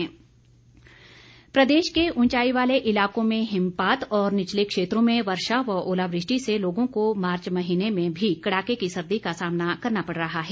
मौसम प्रदेश के ऊंचाई वाले इलाकों में हिमपात और निचले क्षेत्रों में वर्षा व ओलावृष्टि से लोगों को मार्च महीने में भी कड़ाके की सर्दी का सामना करना पड़ रहा है